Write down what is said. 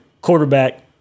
quarterback